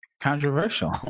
controversial